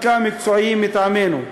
חלקם מקצועיים מטעמנו.